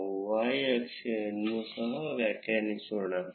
ನಾವು y ಅಕ್ಷ ಅನ್ನು ಸಹ ವ್ಯಾಖ್ಯಾನಿಸೋಣ